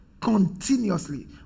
continuously